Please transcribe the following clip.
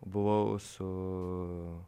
buvau su